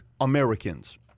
Americans